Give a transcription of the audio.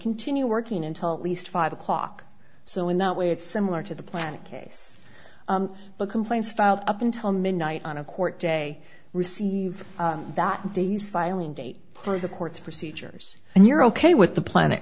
continue working until at least five o'clock so in that way it's similar to the plant case but complaints filed up until midnight on a court day receive that day's filing date for the court's procedures and you're ok with the planet